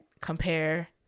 compare